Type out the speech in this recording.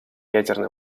ядерный